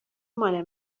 ماله